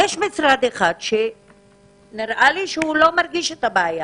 יש משרד אחד שנראה לי שהוא לא מרגיש את הבעיה.